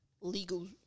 legal